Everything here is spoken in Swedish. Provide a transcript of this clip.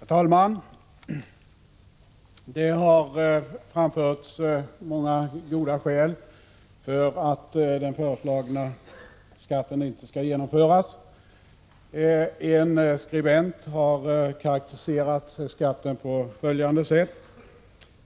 Herr talman! Det har framförts många goda skäl för att den föreslagna skatten inte skall genomföras. En skribent har karakteriserat skatten på följande sätt: